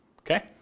Okay